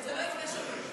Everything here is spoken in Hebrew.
נציבות שוויון,